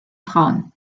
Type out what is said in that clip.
frauen